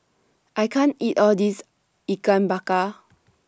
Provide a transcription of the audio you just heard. I can't eat All This Ikan Bakar